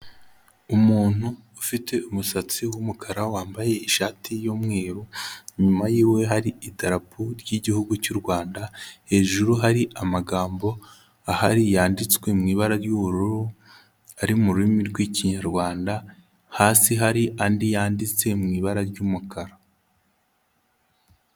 Umuntu ufite umusatsi w'umukara wambaye ishati y'umweru, inyuma yiwe hari idarapo ry'Igihugu cy'u Rwanda, hejuru hari amagambo ahari yanditswe mu ibara ry'ubururu, ari mu rurimi rw'Ikinyarwanda, hasi hari andi yanditse mu ibara ry'umukara.